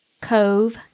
Cove